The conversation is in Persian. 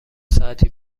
ساعتی